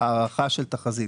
הכרעה של הוועדה.